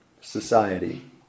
society